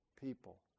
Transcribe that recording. people